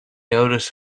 noticed